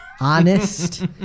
honest